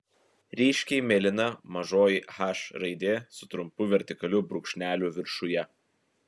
ryškiai mėlyna mažoji h raidė su trumpu vertikaliu brūkšneliu viršuje